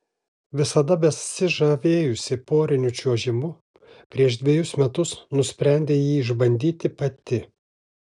visada besižavėjusi poriniu čiuožimu prieš dvejus metus nusprendė jį išbandyti pati